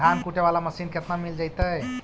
धान कुटे बाला मशीन केतना में मिल जइतै?